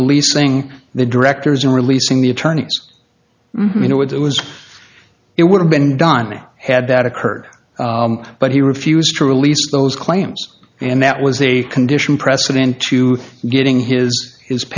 releasing the directors and releasing the attorneys you know it was it would have been done had that occurred but he refused to release those claims and that was a condition precedent to getting his his